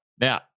Now